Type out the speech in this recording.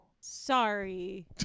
Sorry